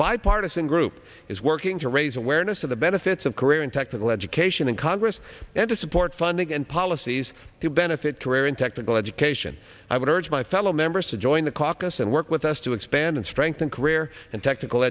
bipartisan group is working to raise awareness of the benefits of career and technical education in congress and to support funding and policies to benefit career in technical education i would urge my fellow members to join the caucus and work with us to expand and strengthen career and technical